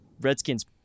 Redskins